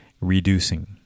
reducing